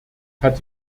hat